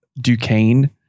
Duquesne